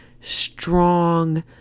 strong